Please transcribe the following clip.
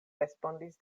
respondis